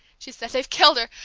she said. they've killed her.